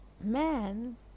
man